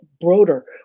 Broder